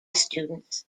students